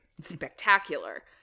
spectacular